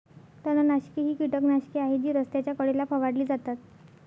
तणनाशके ही कीटकनाशके आहेत जी रस्त्याच्या कडेला फवारली जातात